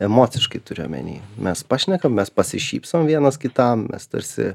emociškai turiu omeny mes pašnekam mes pasišypsom vienas kitam mes tarsi